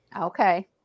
Okay